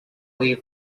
leave